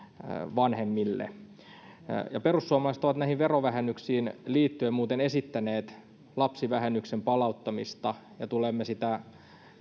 vanhemmille perussuomalaiset ovat näihin verovähennyksiin liittyen muuten esittäneet lapsivähennyksen palauttamista ja tulemme sitä